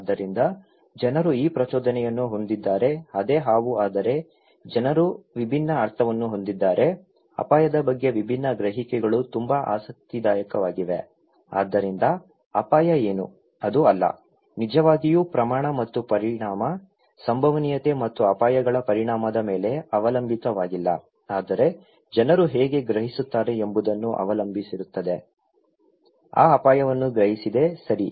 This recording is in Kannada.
ಆದ್ದರಿಂದ ಜನರು ಈ ಪ್ರಚೋದನೆಯನ್ನು ಹೊಂದಿದ್ದಾರೆ ಅದೇ ಹಾವು ಆದರೆ ಜನರು ವಿಭಿನ್ನ ಅರ್ಥವನ್ನು ಹೊಂದಿದ್ದಾರೆ ಅಪಾಯದ ಬಗ್ಗೆ ವಿಭಿನ್ನ ಗ್ರಹಿಕೆಗಳು ತುಂಬಾ ಆಸಕ್ತಿದಾಯಕವಾಗಿವೆ ಆದ್ದರಿಂದ ಅಪಾಯ ಏನು ಅದು ಅಲ್ಲ ನಿಜವಾಗಿಯೂ ಪ್ರಮಾಣ ಮತ್ತು ಪರಿಣಾಮ ಸಂಭವನೀಯತೆ ಮತ್ತು ಅಪಾಯಗಳ ಪರಿಣಾಮದ ಮೇಲೆ ಅವಲಂಬಿತವಾಗಿಲ್ಲ ಆದರೆ ಜನರು ಹೇಗೆ ಗ್ರಹಿಸುತ್ತಾರೆ ಎಂಬುದನ್ನು ಅವಲಂಬಿಸಿರುತ್ತದೆ ಆ ಅಪಾಯವನ್ನು ಗ್ರಹಿಸಿದೆ ಸರಿ